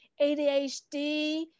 ADHD